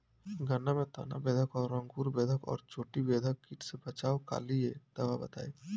गन्ना में तना बेधक और अंकुर बेधक और चोटी बेधक कीट से बचाव कालिए दवा बताई?